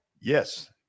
Yes